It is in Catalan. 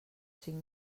cinc